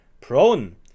prone